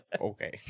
okay